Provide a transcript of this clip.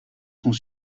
sont